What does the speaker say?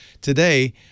Today